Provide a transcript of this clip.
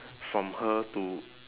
from her to